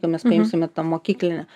jeigu mes paimsime tą mokyklinę